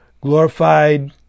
glorified